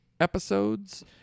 episodes